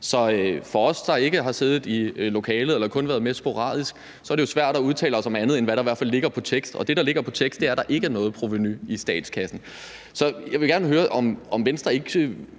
Så for os, der ikke har siddet i lokalet eller kun har været med sporadisk, er det jo svært at udtale os om andet, end hvad der i hvert fald ligger som tekst. Og af det, der ligger som tekst, fremgår det, at der ikke er noget provenu for statskassen. Så jeg vil gerne høre, om Venstre ikke